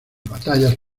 batallas